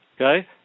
okay